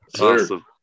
Awesome